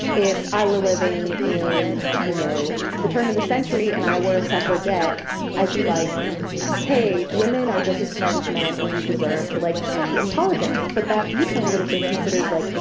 if i were living in, you know, the turn of the century and i were a suffragette i'd be like hey women are just as smart as men and we deserve to like be in politics. but that viewpoint would have been considered, like,